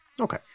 Okay